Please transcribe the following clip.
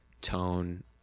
tone